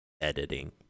editing